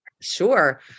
Sure